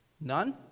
None